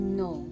no